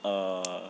err